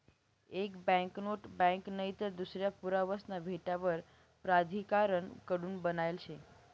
एक banknote bank नईतर दूसरा पुरावासना भेटावर प्राधिकारण कडून बनायेल शे